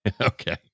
Okay